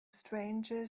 stranger